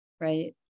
right